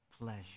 pleasure